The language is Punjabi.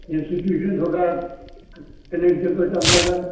ਇੰਸਟੀਟਿਊਸ਼ਨ ਤੁਹਾਡਾ ਕ ਕਿੰਨੇ ਕੁ ਚਿਰ ਤੋਂ ਚੱਲਦਾ ਹੈਗਾ